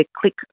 Click